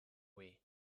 wii